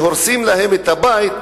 שהורסים להם את הבית,